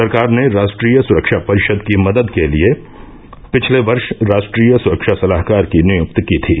सरकार ने राष्ट्रीय सुरक्षा परिषद की मदद के लिए पिछले वर्ष राष्ट्रीय सुरक्षा सलाहकार की नियुक्ति की थी